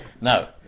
No